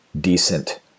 decent